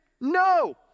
No